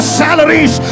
salaries